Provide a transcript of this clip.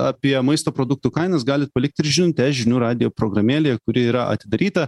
apie maisto produktų kainas galit palikt ir žinutes žinių radijo programėlėje kuri yra atidaryta